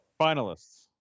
Finalists